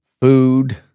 food